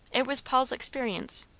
it was paul's experience.